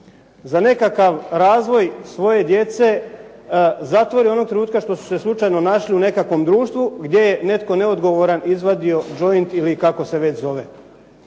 za nekakav razvoj svoje djece zatvori onog trenutka što su se slučajno našli u nekakvom društvu gdje je netko neodgovoran izvadio joint ili kako se već zove.